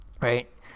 right